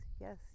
yes